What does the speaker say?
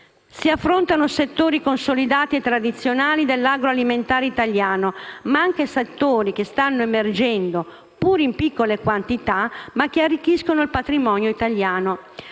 Si affrontano settori consolidati e tradizionali dell'agroalimentare italiano, ma anche settori che stanno emergendo, pur in piccole quantità, ma che arricchiscono il patrimonio italiano.